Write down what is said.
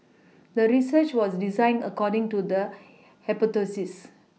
the research was designed according to the hypothesis